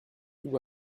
toux